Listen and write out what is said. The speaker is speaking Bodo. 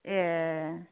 ए